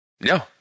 No